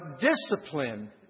discipline